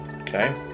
okay